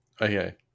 Okay